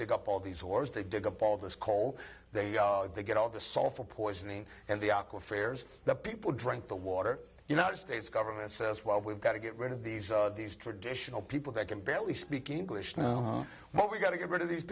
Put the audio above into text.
dig up all these horrors they dig up all this coal they get all the sulfur poisoning and the aqua fares the people drink the water united states government says well we've got to get rid of these these traditional people that can barely speak english now what we've got to get rid of these